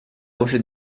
voce